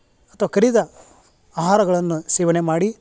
ಅಥ್ವಾ ಕರಿದ ಆಹಾರಗಳನ್ನು ಸೇವನೆ ಮಾಡಿ